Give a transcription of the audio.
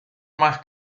más